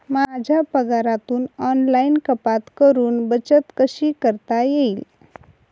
माझ्या पगारातून ऑनलाइन कपात करुन बचत कशी करता येईल?